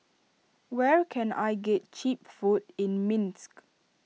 where can I get Cheap Food in Minsk